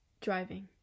Driving